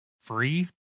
free